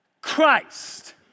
Christ